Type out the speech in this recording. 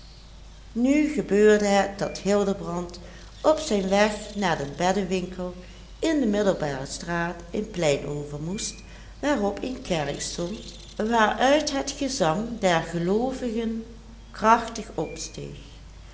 nu gebeurde het dat hildebrand op zijn weg naar den beddewinkel in de middelbare straat een plein over moest waarop een kerk stond waaruit het gezang der geloovigen krachtig opsteeg